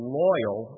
loyal